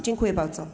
Dziękuję bardzo.